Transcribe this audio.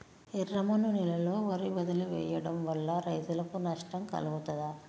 ఎర్రమన్ను నేలలో వరి వదిలివేయడం వల్ల రైతులకు నష్టం కలుగుతదా?